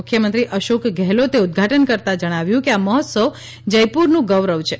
મુખ્યમંત્રી અશોક ગહેલોતે ઉદઘાટન કરતાં જણાવ્યું કે આ મહોત્સવ જયપુરનું ગૌરવ છે